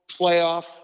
playoff